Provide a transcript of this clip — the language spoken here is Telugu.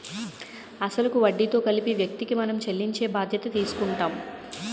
అసలు కు వడ్డీతో కలిపి వ్యక్తికి మనం చెల్లించే బాధ్యత తీసుకుంటాం